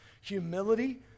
humility